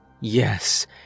Yes